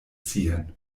ziehen